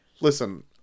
Listen